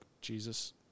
Jesus